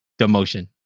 demotion